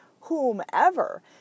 whomever